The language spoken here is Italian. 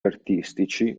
artistici